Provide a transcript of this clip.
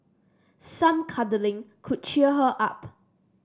some cuddling could cheer her up